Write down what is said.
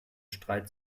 streit